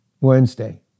Wednesday